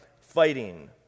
fighting